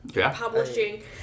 publishing